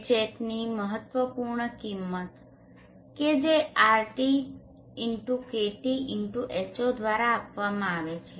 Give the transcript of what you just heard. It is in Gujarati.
Hatની મહત્વપૂર્ણ કિંમત કે જે RT KT H0 દ્વારા આપવામાં આવે છે